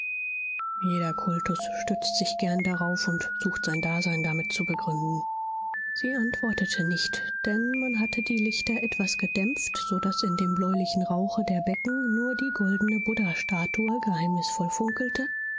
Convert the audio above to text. kultus stützt sich gern darauf und sucht sein dasein damit zu begründen sie antwortete nicht denn man hatte die lichter etwas gedämpft so daß in dem bläulichen rauche der becken nur die goldene buddhastatue geheimnisvoll funkelte